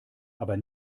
aber